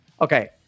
Okay